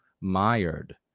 mired